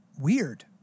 weird